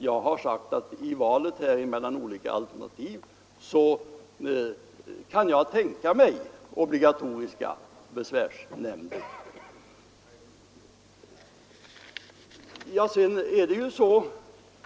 Jag har sagt att jag i valet mellan olika alternativ kan tänka mig obligatoriska besvärsnämnder.